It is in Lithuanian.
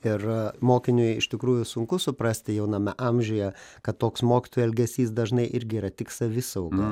ir mokiniui iš tikrųjų sunku suprasti jauname amžiuje kad toks mokytojo elgesys dažnai irgi yra tik savisauga